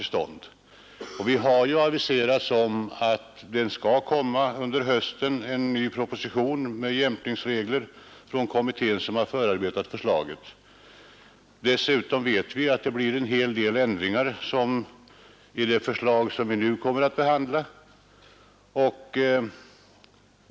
Det har aviserats att den kommitté som har förarbetat förslaget snart blir färdig och att en ny proposition med jämkningsregler kommer att läggas fram under hösten. Dessutom vet vi att det blir en hel del ändringar i det förslag som vi nu kommer att behandla.